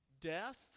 Death